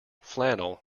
flannel